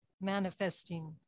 manifesting